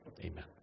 Amen